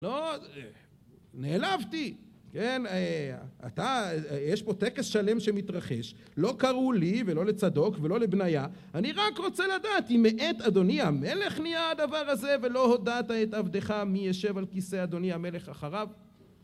לא, נעלבתי, כן, אתה, יש פה טקס שלם שמתרחש, לא קראו לי ולא לצדוק ולא לבנייה, אני רק רוצה לדעת אם מאת אדוני המלך נהיה הדבר הזה ולא הודעת את עבדך מי ישב על כיסא אדוני המלך אחריו?